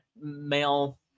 male